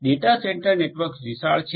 તેથી data centre network વિશાળ છે